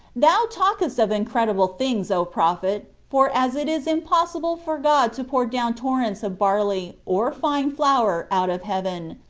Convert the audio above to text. thou talkest of incredible things, o prophet! for as it is impossible for god to pour down torrents of barley, or fine flour, out of heaven,